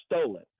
stolen